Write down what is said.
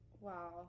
Wow